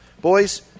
Boys